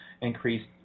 increased